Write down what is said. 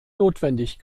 notwendig